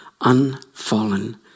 unfallen